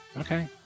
Okay